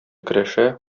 көрәшә